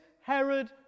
Herod